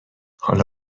حالا